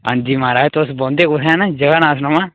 हां जी महाराज तुस बौंह्दे कुत्थै न जगह् नांऽ सनाओ हा